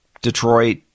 Detroit